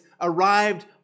arrived